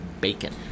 BACON